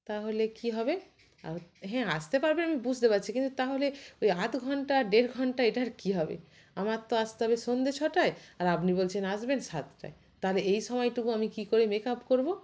তাহলে কি হবে হ্যাঁ আসতে পারবেন আমি বুঝতে পাচ্ছি কিন্তু তাহলে ওই আধ ঘন্টা আর দেড় ঘন্টা এটার কি হবে আমার তো আসতে হবে সন্ধে ছটায় আর আপনি বলছেন আসবেন সাতটায় তাহলে এই সময়টুকু আমি কি করে মেক আপ করবো